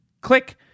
Click